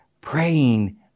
praying